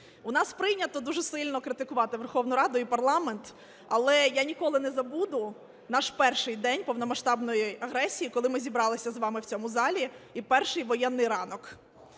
У нас прийнято дуже сильно критикувати Верховну Раду і парламент, але я ніколи не забуду наш перший день повномасштабної агресії, коли ми зібралися з вами в цьому залі і перший воєнний ранок.